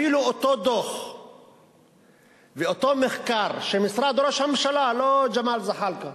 אפילו לפי אותו דוח ואותו מחקר שמשרד ראש הממשלה ערך ולא ג'מאל זחאלקה,